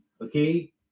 okay